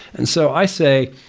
and so i say,